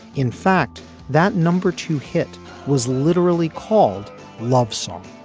in fact that number two hit was literally called love song